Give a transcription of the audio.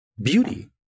beauty